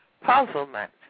puzzlement